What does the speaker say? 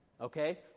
okay